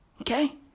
Okay